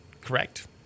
correct